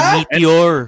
Meteor